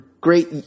Great